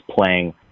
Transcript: playing